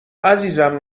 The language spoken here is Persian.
عزیزم